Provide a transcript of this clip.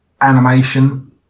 animation